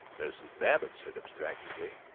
mrs. babbitt said abstractedly,